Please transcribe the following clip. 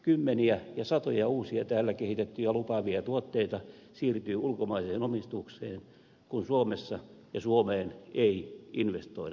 kymmeniä ja satoja uusia täällä kehitettyjä lupaavia tuotteita siirtyy ulkomaiseen omistukseen kun suo messa ja suomeen ei investoida